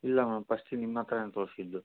ಇಲ್ಲ ma'am first ನಿಮ್ಮ ಹತ್ರನೇ ತೋರಿಸಿದ್ದು